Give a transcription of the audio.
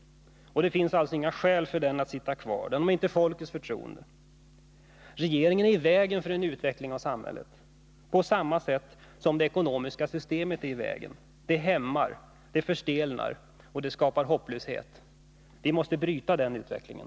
Det finns alltså inga skäl för den att sitta kvar — den har inte folkets förtroende. Regeringen är i vägen för en utveckling av samhället på samma sätt som det ekonomiska systemet är i vägen. Det hämmar, förstelnar och skapar hopplöshet. Vi måste bryta den utvecklingen.